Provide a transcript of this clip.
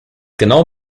genau